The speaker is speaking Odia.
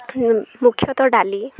ମୁଖ୍ୟତଃ ଡାଲି